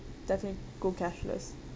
definitely go cashless